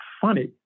funny